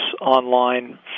online